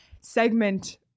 Segment